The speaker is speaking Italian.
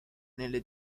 nelle